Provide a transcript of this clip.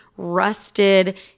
rusted